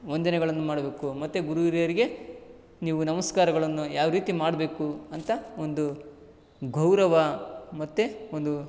ವಂದನೆಗಳನ್ನು ಮಾಡಬೇಕು ಮತ್ತು ಗುರುಹಿರಿಯರಿಗೆ ನೀವು ನಮಸ್ಕಾರಗಳನ್ನು ಯಾವ ರೀತಿ ಮಾಡಬೇಕು ಅಂತ ಒಂದು ಗೌರವ ಮತ್ತು ಒಂದು